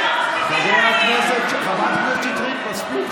הם לא מפסיקים, חברת הכנסת שטרית, מספיק.